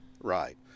Right